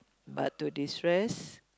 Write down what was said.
but to destress